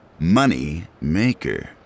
Moneymaker